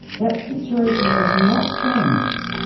that situation has not changed.